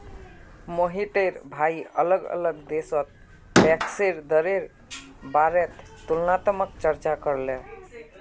मोहिटर भाई अलग अलग देशोत टैक्सेर दरेर बारेत तुलनात्मक चर्चा करले